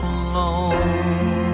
alone